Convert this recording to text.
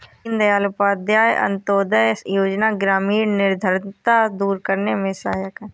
दीनदयाल उपाध्याय अंतोदय योजना ग्रामीण निर्धनता दूर करने में सहायक है